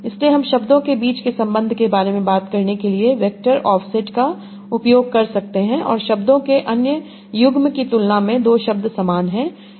इसलिए हम शब्दों के बीच के संबंध के बारे में बात करने के लिए वेक्टर ऑफ़सेट का उपयोग कर सकते हैं और शब्दों के अन्य युग्म की तुलना में दो शब्द समान हैं